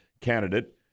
candidate